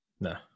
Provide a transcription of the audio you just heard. No